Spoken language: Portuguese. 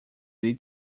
ele